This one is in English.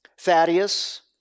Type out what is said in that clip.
Thaddeus